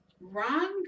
wrong